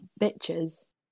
bitches